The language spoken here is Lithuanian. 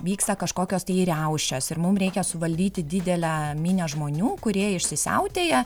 vyksta kažkokios tai riaušės ir mum reikia suvaldyti didelę minią žmonių kurie išsisiautėję